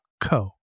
co